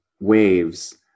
waves